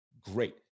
Great